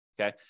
okay